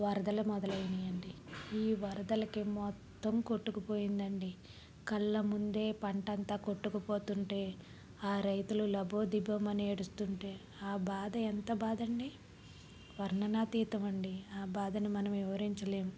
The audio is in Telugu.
వరదలు మొదలైనాయండి ఈ వరదలకి మొత్తం కొట్టుకుపోయిందండి కళ్ళ ముందే పంటంతా కొట్టుకుపోతుంటే ఆ రైతులు లబోదిబోమని ఏడుస్తుంటే ఆ బాధ ఎంత బాధండి వర్ణనాతీతం అండి ఆ బాధను మనం వివరించలేం